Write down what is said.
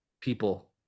people